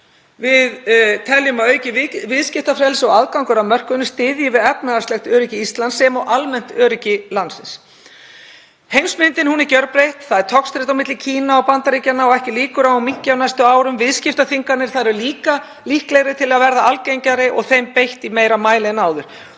Við teljum að aukið viðskiptafrelsi og aðgangur að mörkuðum styðji við efnahagslegt öryggi Íslands sem og almennt öryggi landsins. Heimsmyndin er nú gjörbreytt. Togstreita er milli Kína og Bandaríkjanna og ekki líkur á að hún minnki á næstu árum. Viðskiptaþvinganir eru líklegri til að verða algengari og þeim beitt í meira mæli en áður.